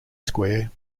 square